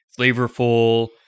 Flavorful